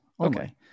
Okay